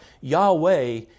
Yahweh